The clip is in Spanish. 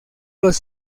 los